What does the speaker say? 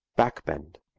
back bend